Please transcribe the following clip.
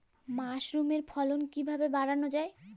মাসরুমের ফলন কিভাবে বাড়ানো যায়?